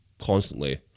constantly